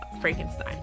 Frankenstein